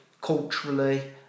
culturally